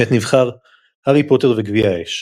עת נבחר "הארי פוטר וגביע האש",